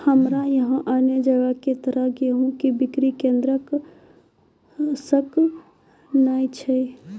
हमरा यहाँ अन्य जगह की तरह गेहूँ के बिक्री केन्द्रऽक नैय छैय?